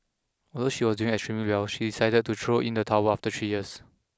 although she was doing extremely well she decided to throw in the towel after three years